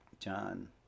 John